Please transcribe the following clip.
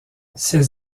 ses